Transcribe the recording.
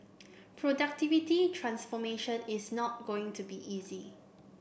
productivity transformation is not going to be easy